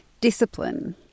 Discipline